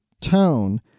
tone